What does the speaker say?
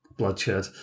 bloodshed